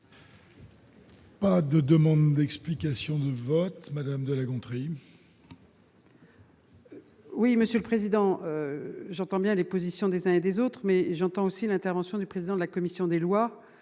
Pas de demandes d'explications de vote, madame de La Gontrie. Oui, Monsieur le Président, j'entends bien les positions des uns et des autres, mais j'entends aussi l'intervention du président de la commission des lois